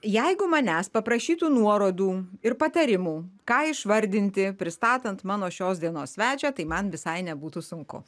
jeigu manęs paprašytų nuorodų ir patarimų ką išvardinti pristatant mano šios dienos svečią tai man visai nebūtų sunku